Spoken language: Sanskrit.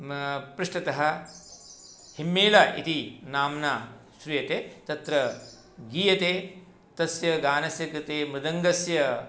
पृष्टतः हिम्मेल इति नाम्ना श्रूयते तत्र गीयते तस्य गानस्य कृते मृदङ्गस्य